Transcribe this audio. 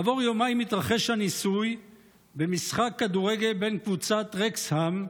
כעבור יומיים התרחש הניסוי במשחק כדורגל בין קבוצת רקסהאם,